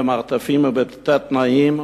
במרתפים ובתת-תנאים,